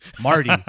Marty